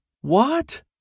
What